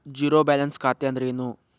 Zero balance ಖಾತೆ ಅಂದ್ರೆ ಏನು?